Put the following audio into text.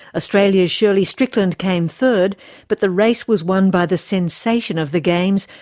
australia's shirley strickland came third but the race was won by the sensation of the games,